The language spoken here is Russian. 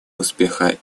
успеха